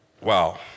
wow